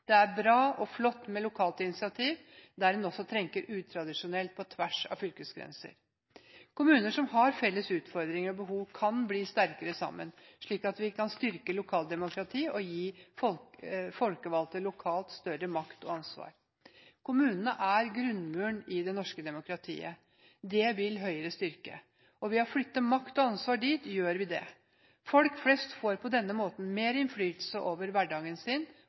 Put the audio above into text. Det er bra og flott med lokalt initiativ der en også tenker utradisjonelt på tvers av fylkesgrenser. Kommuner som har felles utfordringer og behov, kan bli sterkere sammen. Slik kan vi styrke lokaldemokratiet og gi folkevalgte lokalt større makt og ansvar. Kommunene er grunnmuren i det norske demokratiet. Det vil Høyre styrke. Ved å flytte makt og ansvar dit gjør vi det. Folk flest får på denne måten mer innflytelse over hverdagen sin